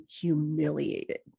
humiliated